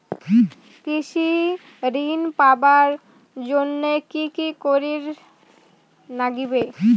কৃষি ঋণ পাবার জন্যে কি কি করির নাগিবে?